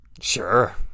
Sure